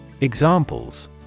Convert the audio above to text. Examples